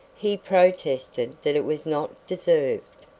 he protested that it was not deserved.